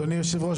אדוני יושב הראש,